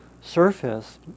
surface